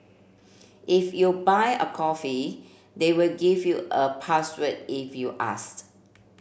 if you buy a coffee they will give you a password if you asked